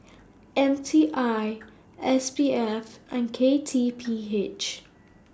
M T I S P F and K T P H